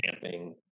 camping